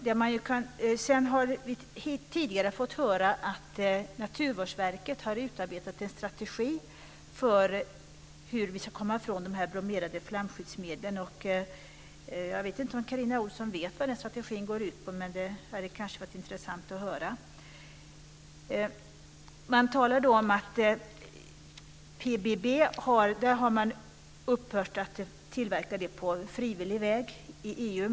Vi har tidigare fått höra att Naturvårdsverket har utarbetat en strategi för hur vi ska komma ifrån dessa bromerade flamskyddsmedlen. Jag vet inte om Carina Ohlsson vet vad den strategin går ut på, men det hade varit intressant att höra. Det talas om att man inom EU på frivillig väg har upphört att tillverka PBB.